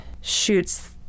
shoots